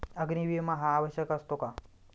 अग्नी विमा हा आवश्यक असतो का?